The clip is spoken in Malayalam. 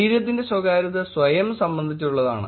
ശരീരത്തിന്റെ സ്വകാര്യത സ്വയം സംബന്ധിച്ചുള്ളതാണ്